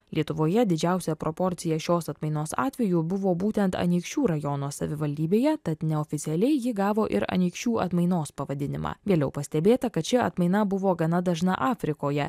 lietuvoje didžiausią proporciją šios atmainos atvejų buvo būtent anykščių rajono savivaldybėje tad neoficialiai ji gavo ir anykščių atmainos pavadinimą vėliau pastebėta kad ši atmaina buvo gana dažna afrikoje